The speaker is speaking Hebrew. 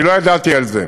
אני לא ידעתי על זה,